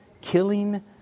killing